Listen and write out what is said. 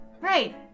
Right